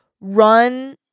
run